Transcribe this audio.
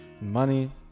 money